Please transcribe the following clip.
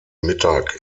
mittag